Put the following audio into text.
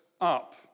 up